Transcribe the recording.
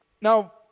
Now